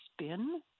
spin